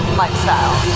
lifestyle